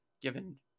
given